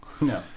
No